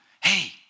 Hey